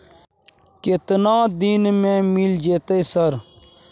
केतना दिन में मिल जयते सर?